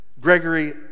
Gregory